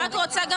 אנחנו יוצאים